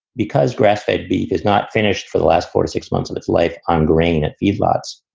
because grass fed beef is not finished for the last four, six months of its life on grain at feedlots.